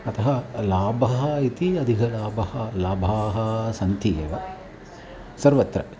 अथवा लाभः इति अधिकलाभः लाभः लाभाः सन्ति एव सर्वत्र